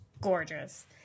gorgeous